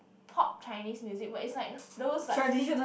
top Chinese music but it's like those like